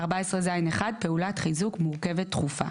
פעולת חיזוק מורכבת דחופה